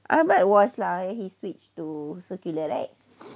ahmad was like when he switched to secular right